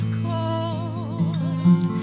cold